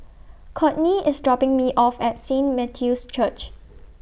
Cortney IS dropping Me off At Saint Matthew's Church